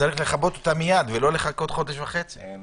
צריך לכבות אותה מייד ולא לחכות חודש וחצי.